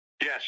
Yes